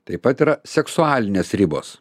taip pat yra seksualinės ribos